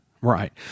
Right